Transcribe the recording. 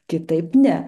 kitaip ne